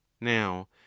Now